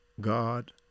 god